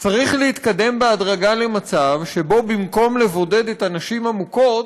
צריך להתקדם בהדרגה למצב שבו במקום לבודד את הנשים המוכות,